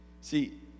See